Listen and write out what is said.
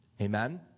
Amen